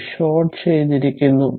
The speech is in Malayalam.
ഇത് ഷോർട്ട് ചെയ്തിരിക്കുന്നു